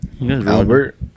Albert